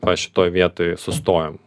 va šitoj vietoj sustojam